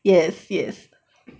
yes yes